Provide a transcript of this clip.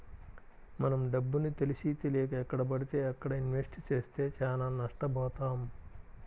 మనం డబ్బుని తెలిసీతెలియక ఎక్కడబడితే అక్కడ ఇన్వెస్ట్ చేస్తే చానా నష్టబోతాం